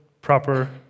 proper